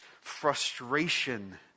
frustration